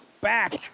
back